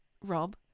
Rob